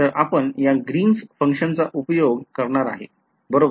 तर आपण या ग्रीन्स function चा उपयोग करणार आहे बरोबर